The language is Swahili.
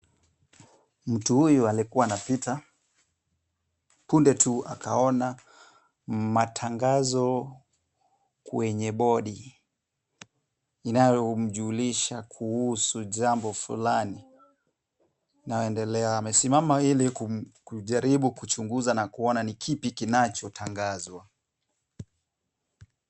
Mtu huyu alikuwa anapita, punde tu akaona matangazo kwenye boardi inayomjulisha kuhusu jambo fulani linaloendelea, na amesimama ilikujaribu kuchunguza kuona ni kipi kinachotangazwa.